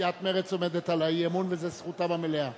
סיעת מרצ עומדת על האי-אמון, וזה זכותם המלאה.